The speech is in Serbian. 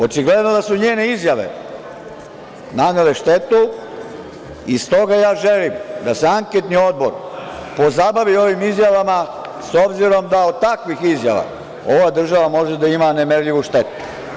Očigledno da su njene izjave nanele štetu i s toga ja želim da se anketni odbor pozabavi ovim izjavama, s obzirom da od takvih izjava ova država može da ima nemerljivu štetu.